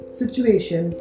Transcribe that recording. situation